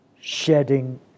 shedding